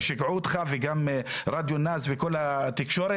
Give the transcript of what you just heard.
ששיגעו אותך וגם רדיו נאס וכל התקשורת,